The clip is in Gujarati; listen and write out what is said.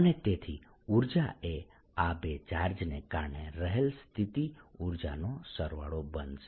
અને તેથી ઊર્જા એ આ બે ચાર્જને કારણે રહેલ સ્થિતિ ઊર્જાનો સરવાળો બનશે